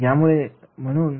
यामुळे म्हणून